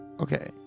Okay